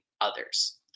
others